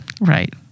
Right